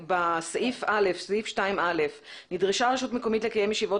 בסעיף 2(א) נאמר ש"נדרשה רשות מקומית לקיים ישיבות